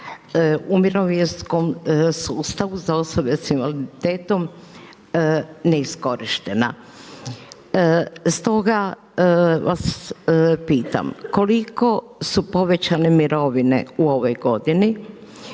u mirovinskom sustavu za osobe s invaliditetom neiskorištena. Stoga vas pitam, koliko su povećane mirovine u ovoj godini?